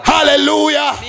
Hallelujah